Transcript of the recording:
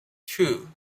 two